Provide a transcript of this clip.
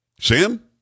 Sam